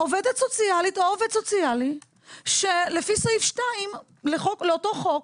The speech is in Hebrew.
עובדת סוציאלית או עובד סוציאלי לפי סעיף 2 לאותו חוק,